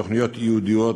תוכניות ייעודיות